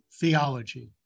theology